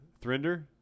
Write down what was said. Thrinder